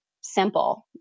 simple